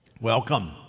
Welcome